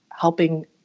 helping